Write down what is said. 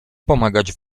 pomagać